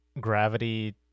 gravity